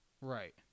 right